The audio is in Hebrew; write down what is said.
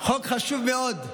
חוק חשוב מאוד.